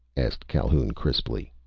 asked calhoun crisply.